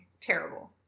Terrible